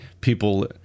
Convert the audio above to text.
people